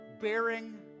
bearing